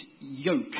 yoke